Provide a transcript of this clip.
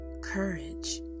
courage